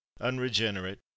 unregenerate